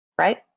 right